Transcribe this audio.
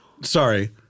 sorry